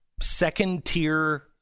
second-tier